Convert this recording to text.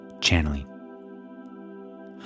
channeling